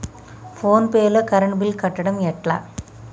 Phone pay లో current bill కట్టడం ఎట్లా?